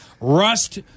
Rust